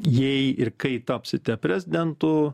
jei ir kai tapsite prezidentu